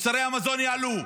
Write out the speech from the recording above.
מוצרי המזון יעלו.